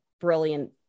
brilliant